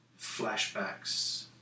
flashbacks